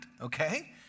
okay